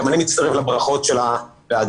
גם אני מצטרף לברכות לוועדה.